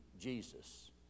Jesus